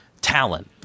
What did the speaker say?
talent